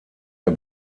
der